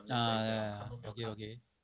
ah ya ya ya